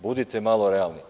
Budite malo realni.